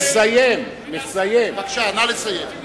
בבקשה, נא לסיים.